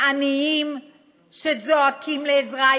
העניים שזועקים לעזרה?